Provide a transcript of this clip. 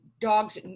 dogs